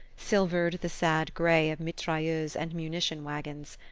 silvered the sad grey of mitrailleuses and munition waggons.